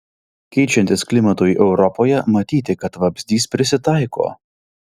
keičiantis klimatui europoje matyti kad vabzdys prisitaiko